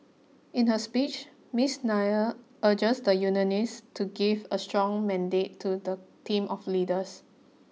in her speech Miss Nair urged the unionists to give a strong mandate to the team of leaders